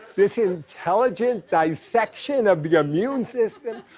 this intelligent dissection of the immune system.